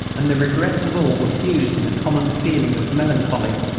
and the regrets of all were fused in a common feeling of melancholy.